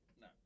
no